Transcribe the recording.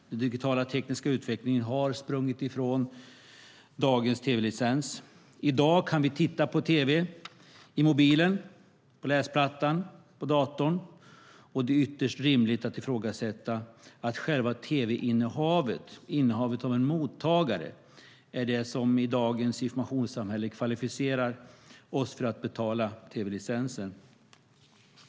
Den digitala tekniska utvecklingen har sprungit ifrån dagens tv-licens. I dag kan vi titta på tv i mobilen, på läsplattan och på datorn. Det är ytterst rimligt att ifrågasätta att själva tv-innehavet, innehavet av en mottagare, är det som i dagens informationssamhälle kvalificerar oss för att betala tv-licensen.